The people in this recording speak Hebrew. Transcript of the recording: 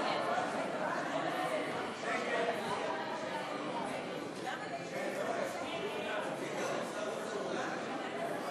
ההסתייגות של חברי הכנסת שרן השכל ואמיר אוחנה לסעיף 1 לא נתקבלה.